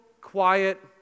quiet